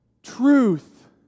truth